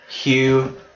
Hugh